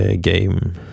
game